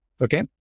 Okay